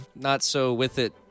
not-so-with-it